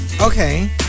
Okay